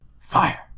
Fire